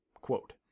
Quote